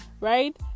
right